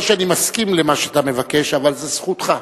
לא שאני מסכים למה שאתה מבקש, אבל זו זכותך